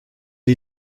die